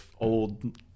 old